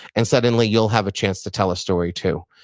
and suddenly you'll have a chance to tell a story, too.